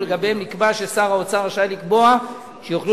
ולגביהם נקבע ששר האוצר רשאי לקבוע שיוכלו